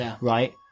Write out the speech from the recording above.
right